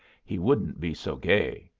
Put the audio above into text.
he wouldn't be so gay.